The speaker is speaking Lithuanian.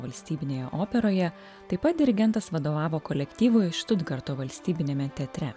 valstybinėje operoje taip pat dirigentas vadovavo kolektyvui štutgarto valstybiniame teatre